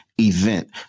event